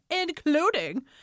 including